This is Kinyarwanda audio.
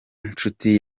nshuti